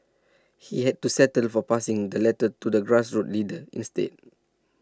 he had to settle for passing the letter to a grassroots leader instead